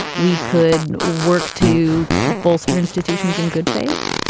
we could work to bolster institutions in good faith?